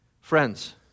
Friends